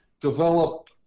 develop